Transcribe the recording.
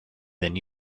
than